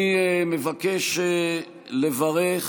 אני מבקש לברך